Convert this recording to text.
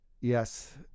yes